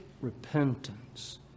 repentance